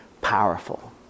powerful